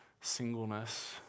singleness